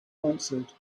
answered